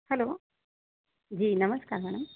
hello जी नमस्कार madam